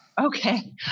Okay